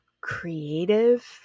creative